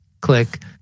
click